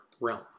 realm